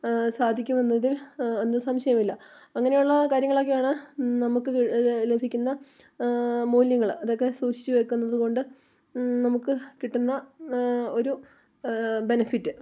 സാധിക്കുമെന്നതിൽ നിശംശയമില്ല അങ്ങനെയുള്ള കാര്യങ്ങളൊക്കെയാണ് നമുക്ക് ലഭിക്കുന്ന മൂല്യങ്ങൾ അതൊക്കെ സൂക്ഷിച്ചു വെക്കുന്നതുകൊണ്ട് നമുക്ക് കിട്ടുന്ന ഒരു ബെനഫിറ്റ്